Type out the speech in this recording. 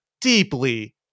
deeply